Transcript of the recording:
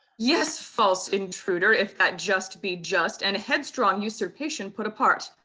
yes, false intruder, if that just be just, and headstrong usurpation put apart,